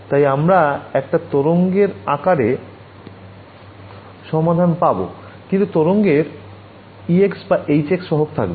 তাই আমরা একটা তরঙ্গের আকারে সমাধান পাবো কিন্তু তরঙ্গ এর ex বা hx সহগ থাকবে